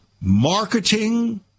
marketing